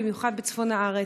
בייחוד בצפון הארץ.